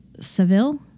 Seville